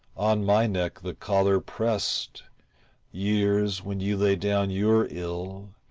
on my neck the collar prest years, when you lay down your ill,